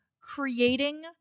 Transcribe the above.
creating